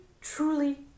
truly